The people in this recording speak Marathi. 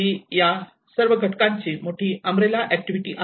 जी या सर्व घटकांची मोठी अमरेला ऍक्टिव्हिटी आहे